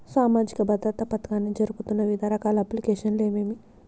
సామాజిక భద్రత పథకాన్ని జరుపుతున్న వివిధ రకాల అప్లికేషన్లు ఏమేమి?